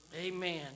Amen